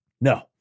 No